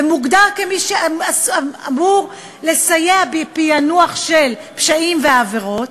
ומוגדר כמי שאמור לסייע בפענוח של פשעים ועבירות,